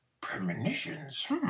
Premonitions